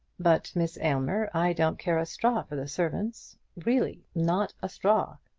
but, miss aylmer, i don't care a straw for the servants really not a straw.